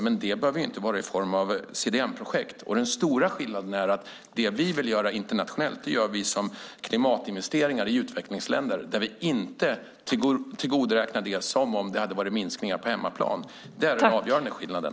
Men det behöver inte vara i form av CDM-projekt. Den stora skillnaden är att det som vi vill göra internationellt gör vi som klimatinvesteringar i utvecklingsländer där vi inte tillgodoräknar oss det som om det hade varit minskningar på hemmaplan. Det är den avgörande skillnaden.